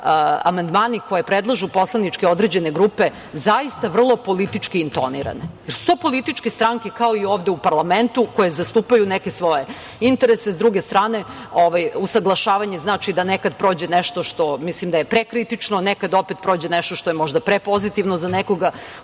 amandmani koje predlažu određene poslaničke grupe zaista vrlo politički intonirane, jer su to političke stranke, kao i ovde parlamentu, koje zastupaju neke svoje interese. S druge strane, usaglašavanje znači da nekad prođe nešto što mislim da je prekritično, nekad opet prođe nešto što je možda prepozitivno za nekoga.U